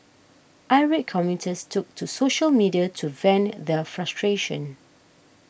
irate commuters took to social media to vent their frustration